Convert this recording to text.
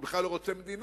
הוא בכלל לא רוצה מדינה,